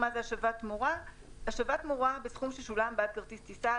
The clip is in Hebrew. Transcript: השבת תמורה בסכום ששולם בעד כרטיס טיסה,